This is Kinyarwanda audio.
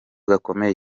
gakomeye